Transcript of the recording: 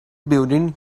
building